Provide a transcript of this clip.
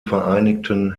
vereinigten